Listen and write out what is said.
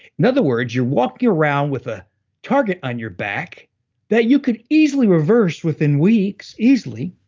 in other words, you're walking around with a target on your back that you could easily reverse within weeks, easily.